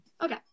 Okay